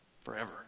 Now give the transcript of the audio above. Forever